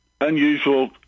unusual